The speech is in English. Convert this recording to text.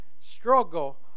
struggle